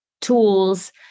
tools